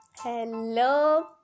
Hello